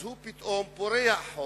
אז הוא פתאום פורע חוק,